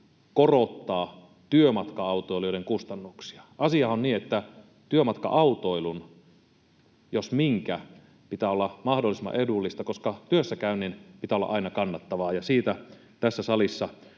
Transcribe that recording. korottaa työmatka-autoilijoiden kustannuksia. Asiahan on niin, että työmatka-autoilun, jos minkä, pitää olla mahdollisimman edullista, koska työssäkäynnin pitää olla aina kannattavaa. Ja siitä tässä salissa